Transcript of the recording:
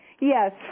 Yes